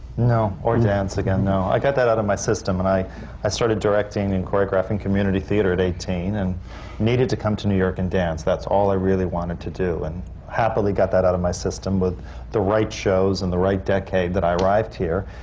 no. or dance again, no. i got that out of my system. and i i started directing and choreographing community theatre at eighteen and needed to come to new york dance. that's all i really wanted to do. and happily, got that out of my system with the right shows and the right decade that i arrived here.